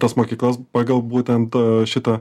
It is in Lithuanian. tas mokyklas pagal būtent šitą